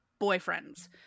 boyfriends